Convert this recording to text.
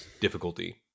difficulty